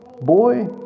boy